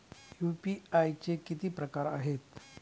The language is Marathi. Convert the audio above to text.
यू.पी.आय चे किती प्रकार आहेत?